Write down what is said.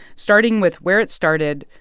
starting with where it started,